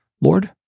Lord